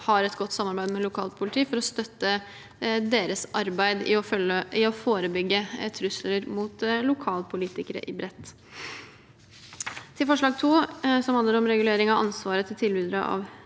har et godt samarbeid med lokalt politi for å støtte deres arbeid med å forebygge trusler mot lokalpolitikere i bredt. Til forslag nr. 2, som handler om regulering av ansvaret til tilbydere av